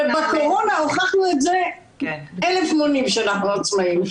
ובקורונה הוכחנו את זה אלף מונים שאנחנו עצמאים.